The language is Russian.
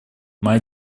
моя